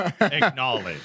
Acknowledge